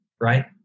right